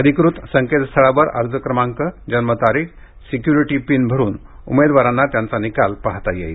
अधिकृत संकेतस्थळावर अर्ज क्रमांक जन्मतारीख सिक्यूरिटी पिन भरुन उमेदवारांना त्यांचा निकाल पाहता येईल